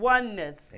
Oneness